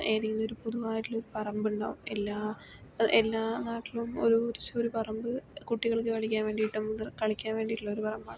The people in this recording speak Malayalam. എതെങ്കിലുമൊരു പൊതുവായിട്ടുള്ള ഒരു പറമ്പ് ഉണ്ടാകും എല്ലാ എല്ലാ നാട്ടിലും ഒരു ജസ്റ്റ് ഒരു പറമ്പ് കുട്ടികൾക്ക് കളിക്കാൻ വേണ്ടിയിട്ടും മുതിർ കളിക്കാൻ വേണ്ടിയിട്ടുള്ളൊരു പറമ്പാണ്